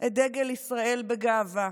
את דגל ישראל בגאווה.